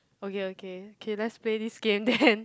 okay okay K let's play this game then